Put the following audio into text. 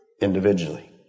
individually